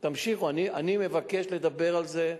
אני מבקש לדבר על זה,